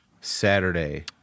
Saturday